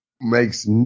makes